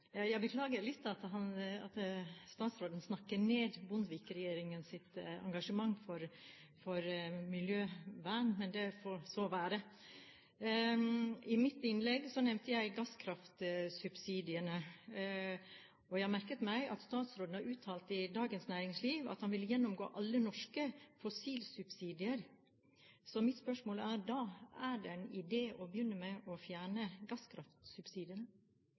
Jeg beklager litt at statsråden snakker ned Bondevik-regjeringens engasjement for miljøvern, men det får så være. I mitt innlegg nevnte jeg gasskraftsubsidiene. Jeg har merket meg at statsråden har uttalt til Dagens Næringsliv at han vil gjennomgå alle norske fossilsubsidier. Så mitt spørsmål er: Er det en idé å begynne med å fjerne gasskraftsubsidiene?